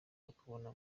bakoma